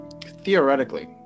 Theoretically